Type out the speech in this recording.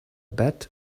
bet